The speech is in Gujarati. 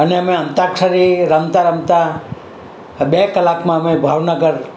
અને અમે અંતાક્ષરી રમતા રમતા બે કલાકમાં અમે ભાવનગર